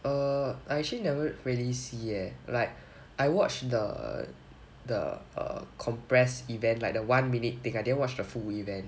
err I actually never really see eh like I watched the the err compressed event like the one minute thing I didn't watch the full event